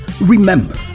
Remember